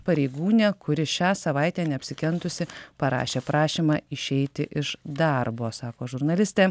pareigūnė kuri šią savaitę neapsikentusi parašė prašymą išeiti iš darbo sako žurnalistė